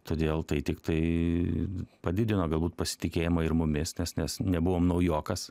todėl tai tiktai padidino galbūt pasitikėjimą ir mumis nes nes nebuvom naujokas